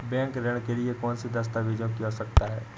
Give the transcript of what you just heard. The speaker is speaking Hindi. बैंक ऋण के लिए कौन से दस्तावेजों की आवश्यकता है?